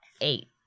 Eight